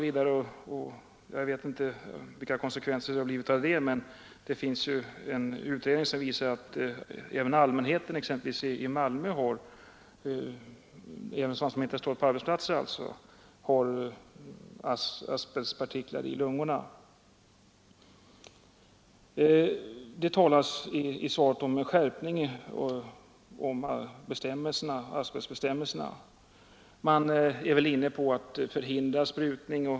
Jag vet inte vilka konsekvenser detta kan ha, men det finns en utredning som visar att exempelvis i Malmö även allmänheten, som inte står på arbetsplatsen, har asbetspartiklar i lungorna. Det talas i svaret om skärpning av asbestbestämmelserna. Man är väl inne på att förhindra sprutning.